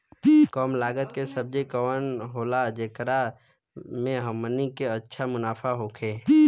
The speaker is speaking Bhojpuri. कम लागत के सब्जी कवन होला जेकरा में हमनी के अच्छा मुनाफा होखे?